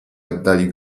oddali